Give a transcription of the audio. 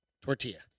tortilla